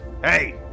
Hey